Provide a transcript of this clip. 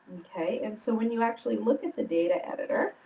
okay? and so, when you actually look at the data editor,